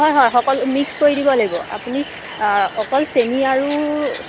হয় হয় সকলো মিক্স কৰি দিব লাগিব আপুনি অকল চেনি আৰু